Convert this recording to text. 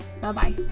Bye-bye